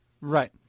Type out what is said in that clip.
Right